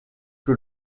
que